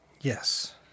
Yes